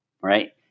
right